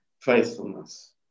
faithfulness